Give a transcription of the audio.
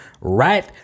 right